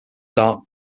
dark